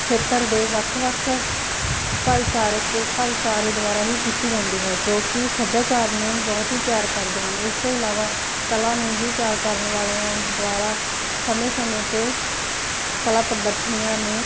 ਖੇਤਰ ਦੇ ਵੱਖ ਵੱਖ ਭਾਈਚਾਰਕ ਭਾਈਚਾਰੇ ਦੁਆਰਾ ਹੀ ਕੀਤੀ ਜਾਂਦੀ ਹੈ ਜੋ ਕਿ ਸੱਭਿਆਚਾਰ ਨੂੰ ਬਹੁਤ ਹੀ ਪਿਆਰ ਕਰਦੇ ਹਨ ਇਸ ਤੋਂ ਇਲਾਵਾ ਕਲਾ ਨੂੰ ਵੀ ਪਿਆਰ ਕਰਨ ਵਾਲਿਆਂ ਦੁਆਰਾ ਸਮੇਂ ਸਮੇਂ 'ਤੇ ਕਲਾ ਪ੍ਰਦਰਸ਼ਨੀਆਂ ਨੂੰ